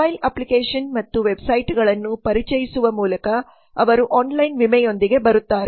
mobile application ಮತ್ತು ವೆಬ್ಸೈಟ್ಗಳನ್ನು ಪರಿಚಯಿಸುವ ಮೂಲಕ ಅವರು ಆನ್ಲೈನ್ ವಿಮೆಯೊಂದಿಗೆ ಬರುತ್ತಾರೆ